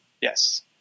Yes